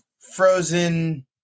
frozen